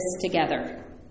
together